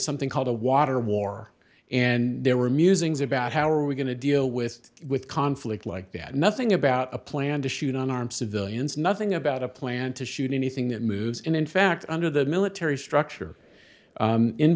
something called a water war and there were musings about how are we going to deal with with conflict like that nothing about a plan to shoot unarmed civilians nothing about a plan to shoot anything that moves and in fact under the military structure